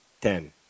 Ten